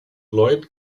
lloyd